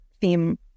theme